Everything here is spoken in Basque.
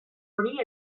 hori